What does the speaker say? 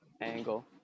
angle